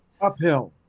Uphill